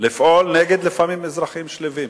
לפעול לפעמים נגד אזרחים שלווים.